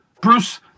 Bruce